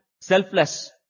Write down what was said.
selfless